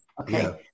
Okay